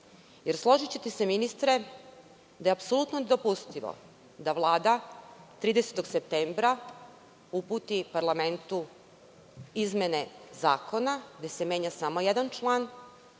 parlament. Složićete se ministre, da je apsolutno nedopustivo da Vlada 30. septembra uputi parlamentu izmene zakona, gde se menja samo jedan član,